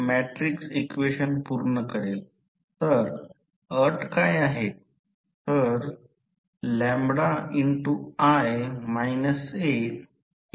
तर जेव्हा रोहीत्र भार करते तेव्हा हे नुकसान वाइंडिंग प्रतिरोधात होते